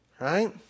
Right